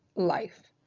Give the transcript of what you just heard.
life.